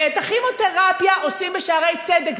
ואת הכימותרפיה עושים בשערי צדק.